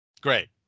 Great